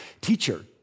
Teacher